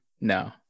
No